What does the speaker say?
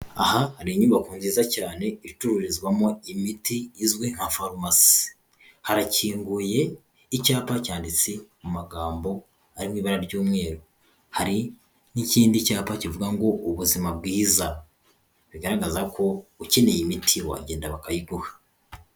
Aha hari inyubako nziza cyane icururizwamo imiti izwi nka Pharmacy. Harakinguye icyapa cyanditse mu magambo ari mw'ibara ry'umweru. Hari n'ikindi cyapa kivuga ngo ubuzima bwiza bigaragaza ko ukeneye imiti wagenda bakayiguha.